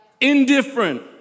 Indifferent